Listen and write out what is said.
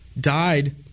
died